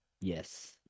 Yes